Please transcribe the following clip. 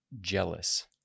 jealous